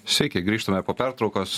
sveiki grįžtame po pertraukos